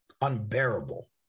unbearable